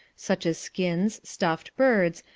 such as skins, stuffed birds,